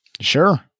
Sure